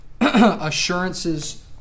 Assurance's